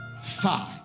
Five